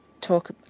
talk